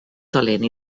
talent